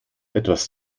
etwas